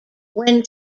when